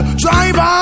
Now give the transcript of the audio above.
driver